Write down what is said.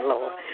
Lord